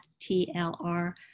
TLR